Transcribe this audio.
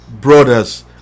Brothers